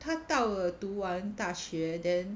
他到了读完大学 then